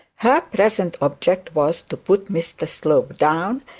her present object was to put mr slope down,